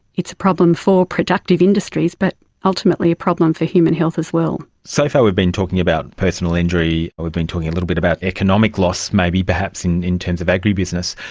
it's a problem for productive industries, but ultimately a problem for human health as well. so far we've been talking about personal injury, we've been talking a little bit about economic loss maybe perhaps in in terms of agri-business.